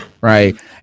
right